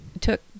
took